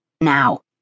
now